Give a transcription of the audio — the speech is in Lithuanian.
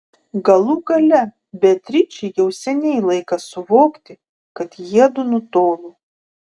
galų gale beatričei jau seniai laikas suvokti kad jiedu nutolo